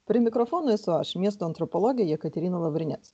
prie mikrofono esu aš miesto antropologė jekaterina lavrinec